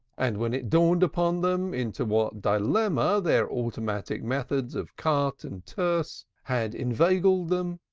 and when it dawned upon them into what dilemma their automatic methods of carte and tierce had inveigled them,